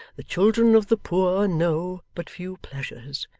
the children of the poor know but few pleasures.